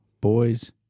Boys